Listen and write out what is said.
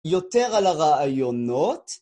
יותר על הרעיונות?